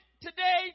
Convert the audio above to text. today